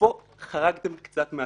פה חרגתם קצת מהכללים.